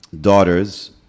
daughters